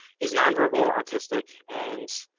he's, non-verbal autistic and,